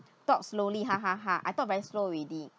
talk slowly ha ha ha I talk very slow already